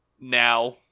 Now